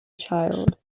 child